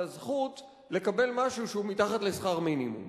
על הזכות לקבל משהו שהוא מתחת לשכר מינימום.